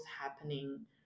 happening